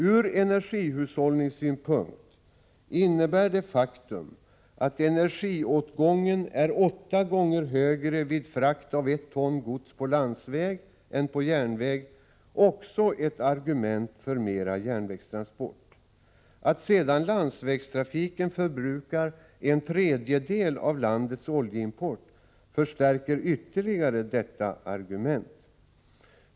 Ur energihushållningssynpunkt innebär det faktum att energiåtgången vid frakt av ett ton gods på landsväg är åtta gånger större än på järnväg också ett argument för mera järnvägstransport. Att sedan landsvägstrafiken förbrukar en tredjedel av landets oljeimport förstärker ytterligare detta argument.